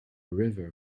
river